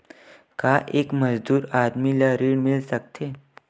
का एक मजदूर आदमी ल ऋण मिल सकथे?